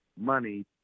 money